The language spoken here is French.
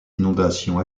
inondations